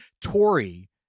Tory